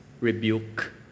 rebuke